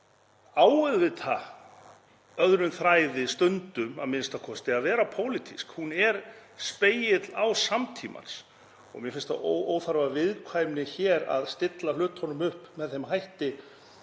á auðvitað öðrum þræði, stundum a.m.k., að vera pólitísk. Hún er spegill á samtímann og mér finnst það óþarfaviðkvæmni hér að stilla hlutunum upp með þeim hætti